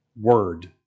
word